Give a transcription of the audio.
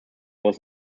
was